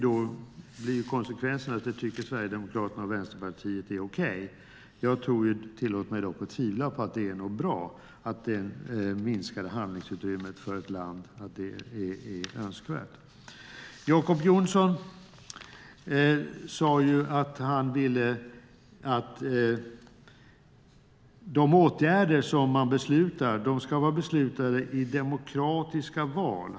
Då blir konsekvensen att Sverigedemokraterna och Vänsterpartiet tycker att det är okej. Jag tillåter mig dock att tvivla på att det är bra eller önskvärt med ett sådant minskat handlingsutrymme för ett land. Jacob Johnson sade att han ville att de åtgärder som man beslutar om ska vara beslutade i demokratiska val.